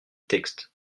texte